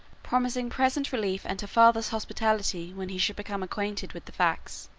promising present relief and her father's hospitality when he should become acquainted with the facts.